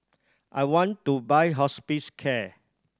I want to buy Hospicare